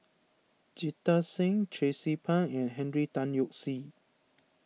Jita Singh Tracie Pang and Henry Tan Yoke See